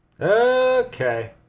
Okay